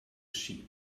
sheep